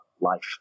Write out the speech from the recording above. life